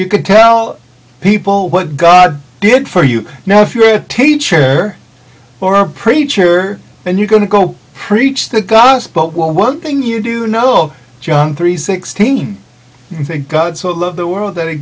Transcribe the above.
could tell people what god did for you now if you're a teacher or a preacher and you're going to go preach the gospel well one thing you do know john three sixteen you think god so loved the world that he